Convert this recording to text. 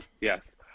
Yes